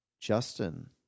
Justin